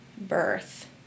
birth